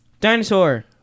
dinosaur